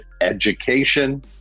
education